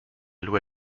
loi